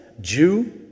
Jew